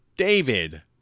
David